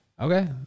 Okay